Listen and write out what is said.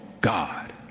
God